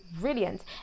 brilliant